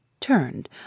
turned